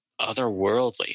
otherworldly